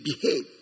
behave